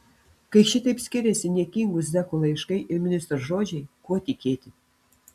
kai šitaip skiriasi niekingų zekų laiškai ir ministro žodžiai kuo tikėti